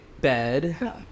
bed